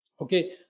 Okay